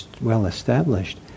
well-established